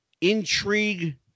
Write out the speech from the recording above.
intrigue